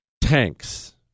Tanks